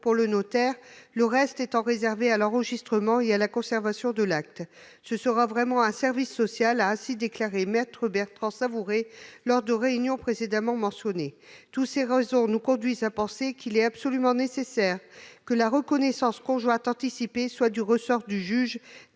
pour le notaire, le reste étant réservé à l'enregistrement et à la conservation de l'acte. Il s'agira vraiment d'un service social, a déclaré maître Bertrand Savouré lors de la réunion que j'ai précédemment mentionnée. Tous ces éléments nous conduisent à penser qu'il est absolument nécessaire que cet acte soit du ressort du juge.